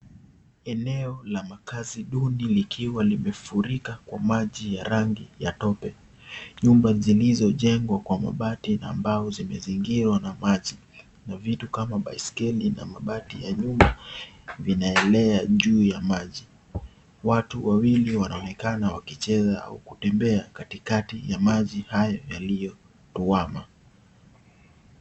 Eneo la makazi duni likiwa limefurika kwa maji ya rangi ya tope. Nyumba zilizo jengwa kwa mabati na mbao zimezingirwa na maji na vitu kama baiskeli na mabati ya nyumba yanaelea juu maji. Watu wawili wanaonekana wakicheza au kutembea katikati ya maji hayo yaliyo kwama.